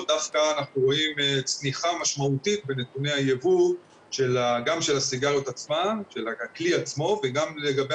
אנחנו בכל אופן נפעל בכלים שלנו כדי לקדם את